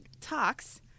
talks